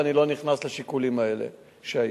ואני לא נכנס לשיקולים האלה שהיו.